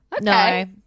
No